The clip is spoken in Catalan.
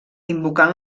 invocant